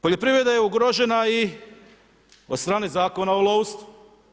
Poljoprivreda je ugrožena i od strane Zakona o lovstvu.